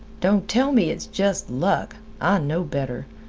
don't tell me it's just luck! i know better.